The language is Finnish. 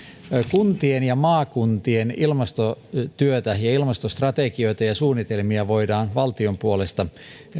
kuntien ja maakuntien ilmastotyötä ja ilmastostrategioita ja ja suunnitelmia voidaan valtion puolesta